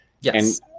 Yes